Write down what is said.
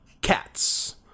Cats